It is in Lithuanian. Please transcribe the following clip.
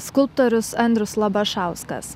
skulptorius andrius labašauskas